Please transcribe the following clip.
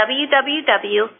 www